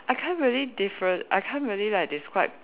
I can't really differen~ I can't really like describe